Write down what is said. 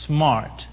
Smart